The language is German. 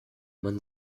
man